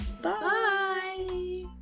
Bye